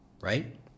right